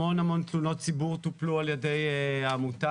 המן המון תלונות ציבור טופלו על ידי העמותה